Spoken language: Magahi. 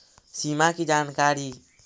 सिमा कि जानकारी?